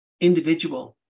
individual